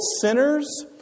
sinners